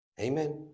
Amen